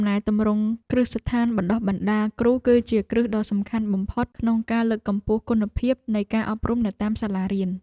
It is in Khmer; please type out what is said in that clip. ការធ្វើកំណែទម្រង់គ្រឹះស្ថានបណ្តុះបណ្តាលគ្រូគឺជាគ្រឹះដ៏សំខាន់បំផុតក្នុងការលើកកម្ពស់គុណភាពនៃការអប់រំនៅតាមសាលារៀន។